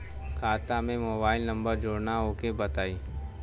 खाता में mobile number जोड़ना ओके बताई?